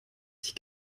sich